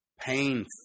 pain